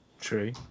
True